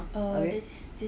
(uh huh) right